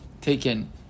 taken